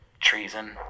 Treason